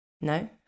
no